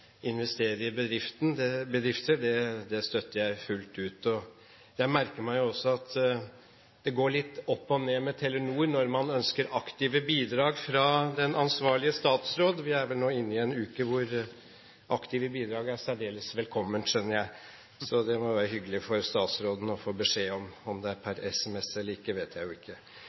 investerer i bedrifter. Det støtter jeg fullt ut. Jeg merker meg også at det går litt opp og ned med Telenor med hensyn til når man ønsker aktive bidrag fra den ansvarlige statsråd. Vi er vel nå inne i en uke hvor aktive bidrag er særdeles velkomment, skjønner jeg. Så det må det jo være hyggelig for statsråden å få beskjed om – om det er per SMS eller ikke, vet jeg jo ikke.